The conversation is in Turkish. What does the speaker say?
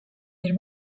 bir